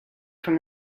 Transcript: from